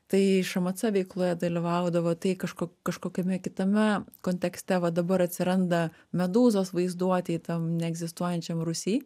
tai šmc veikloje dalyvaudavo tai kažkur kažkokiame kitame kontekste va dabar atsiranda medūzos vaizduotėj tam neegzistuojančiam rūsy